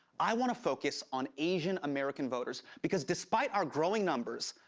i want to focus on asian american voters because despite our growing numbers,